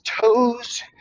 toes